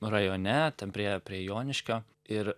rajone ten prie prie joniškio ir